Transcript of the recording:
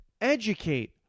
educate